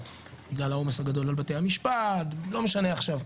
בגלל העומס הגדול על בתי המשפט ולא משנה עכשיו.